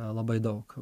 labai daug